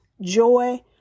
Joy